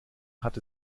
hat